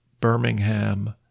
Birmingham